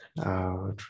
Out